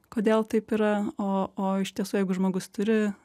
kodėl taip yra o o iš tiesų jeigu žmogus turi